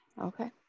Okay